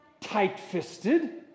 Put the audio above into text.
tight-fisted